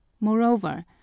moreover